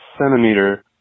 centimeter